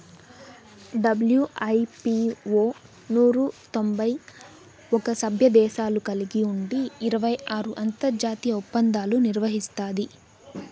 WIPO నూరు తొంభై ఒక్క సభ్యదేశాలు కలిగి ఉండి ఇరవై ఆరు అంతర్జాతీయ ఒప్పందాలు నిర్వహిస్తాది